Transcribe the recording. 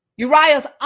Uriah's